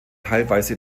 teilweise